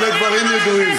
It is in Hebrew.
אלה דברים ידועים.